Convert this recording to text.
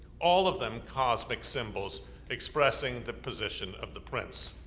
all of them cosmic symbols expressing the position of the prince.